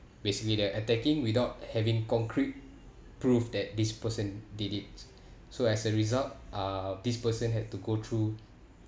basically they're attacking without having concrete proof that this person did it so as a result uh this person had to go through